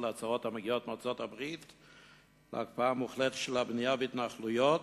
להצהרות המגיעות מארצות-הברית על הקפאה מוחלטת של הבנייה בהתנחלויות: